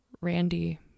Randy